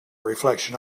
reflection